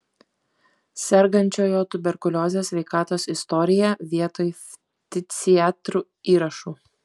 sergančiojo tuberkulioze sveikatos istoriją vietoj ftiziatrų įrašų